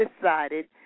decided –